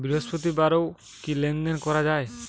বৃহস্পতিবারেও কি লেনদেন করা যায়?